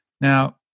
Now